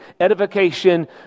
edification